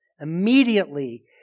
Immediately